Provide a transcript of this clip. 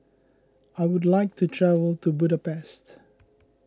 I would like to travel to Budapest